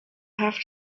have